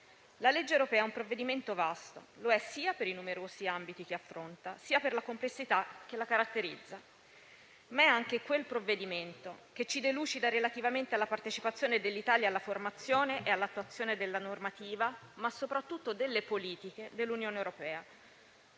La legge europea è un provvedimento vasto: lo è sia per i numerosi ambiti che affronta, sia per la complessità che la caratterizza, ma è anche quel provvedimento che ci delucida relativamente alla partecipazione dell'Italia alla formazione e all'attuazione della normativa, ma soprattutto delle politiche dell'Unione europea.